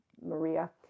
Maria